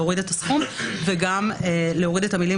אני מציעה להוריד את הסכום וגם להוריד את המילים